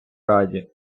раді